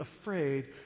afraid